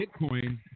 Bitcoin